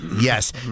Yes